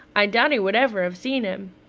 i doubt if he would ever have seen him.